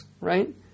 right